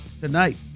tonight